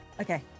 Okay